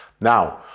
Now